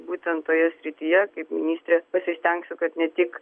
būtent toje srityje kaip ministrė pasistengsiu kad ne tik